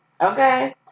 Okay